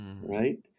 right